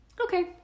okay